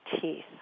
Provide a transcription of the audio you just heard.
teeth